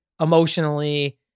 emotionally